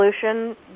pollution